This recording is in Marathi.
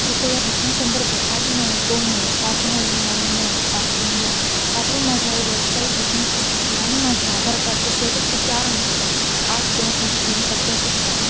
कृपया बुकिंग संदर्भ आठ नऊ दोन नऊ पाच नऊ नऊ नऊ पाच तीन दोन वापरून माझ्या व्यावसायिक बुकिंगची स्थिती आणि माझ्या आधार कार्डचे शेवटचे चार अंक आठ दोन एक तीन सत्यापित करा